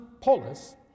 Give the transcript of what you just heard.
polis